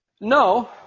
no